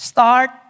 Start